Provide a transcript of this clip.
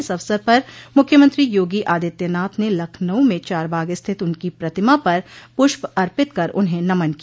इस अवसर पर मुख्यमंत्री योगी आदित्यनाथ ने लखनऊ में चारबाग स्थित उनकी प्रतिमा पर पुष्प अर्पित कर उन्हें नमन किया